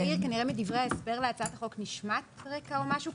האם מדברי ההסבר להצעת החוק נשמט רקע או משהו?